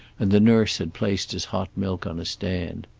and the nurse had placed his hot milk on a stand.